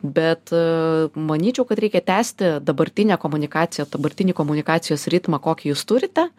bet manyčiau kad reikia tęsti dabartinę komunikaciją dabartinį komunikacijos ritmą kokį jūs turite